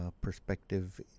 perspective